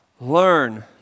Learn